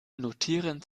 notieren